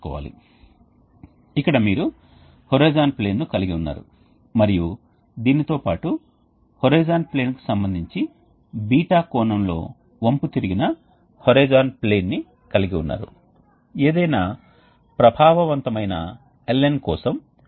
కాబట్టి మనం ఏమి చేయగలం మనం ఏదో ఒక విధమైన విశ్లేషణకు వెళ్లి స్థిరమైన స్థితి ఆపరేషన్ను ఊహించుకుని మనం ఒక విధమైన విశ్లేషణకు వెళ్లవచ్చు మరియు కోర్సు యొక్క కొంత ఆలోచనను కలిగి ఉండవచ్చు విశ్లేషణ సరళీకృతం చేయబడుతుంది మరియు మనకు ఈ రకమైన హీట్ ఎక్స్ఛేంజర్ యొక్క పనితీరు కు సంబంధించి కొంత ఆలోచన ఉంటుంది